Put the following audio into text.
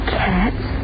cats